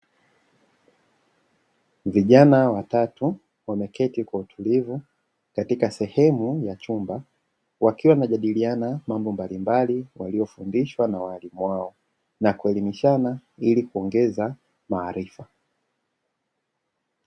Vijana watatu wameketi kwa utulivu katika sehemu ya chumba, wakiwa wanajadiliana mambo mbalimbali waliyofundishwa na waalimu wao na kuelimishana ili kuongeza maarifa.